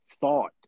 thought